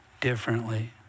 differently